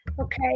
okay